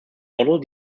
model